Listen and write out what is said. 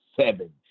seven